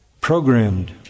programmed